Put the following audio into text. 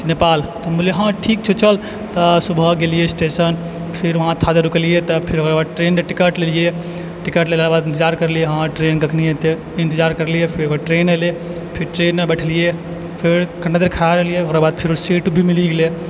नेपाल तऽ हम बोललियै हँ ठीक छौ चल सुबह गेलियै स्टेशन फेर वहाँ थोड़ा देर रूकलियै तऽ फेर ओकरा बाद ट्रेनके टिकट लेलियै टिकट लेलाके बाद इन्तजार करलियै ट्रेन कखनी एतय इन्तजार करलि फेर ट्रेन एलै फिर ट्रेनमे बैठलियै फेर कनि देर खड़ा रहलियै ओकरा बाद फिरो सीट भी मिली गेलै